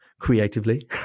creatively